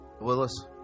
Willis